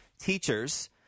Teachers